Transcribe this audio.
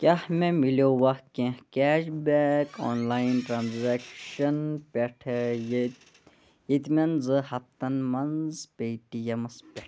کیٛاہ مےٚ مِلیووا کیٚنٛہہ cash back online transaction پٮ۪ٹھٕ ییٚتہِ ییٚتمٮ۪ن زٕ ہفتَن مَنٛز پے ٹی اٮ۪مَس پٮ۪ٹھ